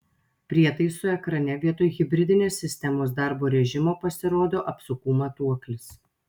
prietaisų ekrane vietoj hibridinės sistemos darbo režimo pasirodo apsukų matuoklis